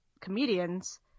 comedians